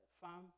farm